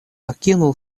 окинул